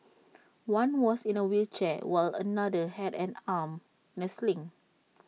one was in A wheelchair while another had an arm in A sling